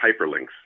hyperlinks